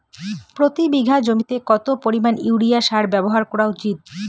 প্রতি বিঘা জমিতে কত পরিমাণ ইউরিয়া সার ব্যবহার করা উচিৎ?